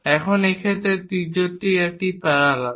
এখন এই ক্ষেত্রে এই তির্যকটির একটির প্যারালাল